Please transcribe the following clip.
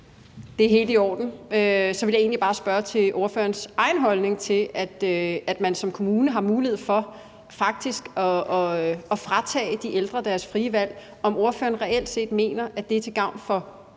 Det er helt i orden. Så vil jeg egentlig bare spørge til ordførerens egen holdning til, at man som kommune har mulighed for faktisk at fratage de ældre deres frie valg, og om ordføreren mener, at det reelt set er til gavn for